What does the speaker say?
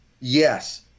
Yes